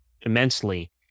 immensely